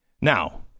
Now